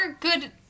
good